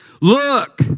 look